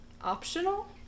optional